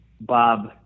Bob